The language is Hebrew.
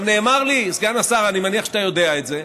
נאמר לי, סגן השר, אני מניח שאתה יודע את זה,